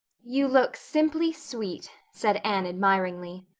you look simply sweet, said anne admiringly.